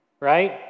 right